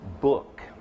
book